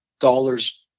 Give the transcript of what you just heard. dollars